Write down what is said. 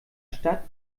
stadt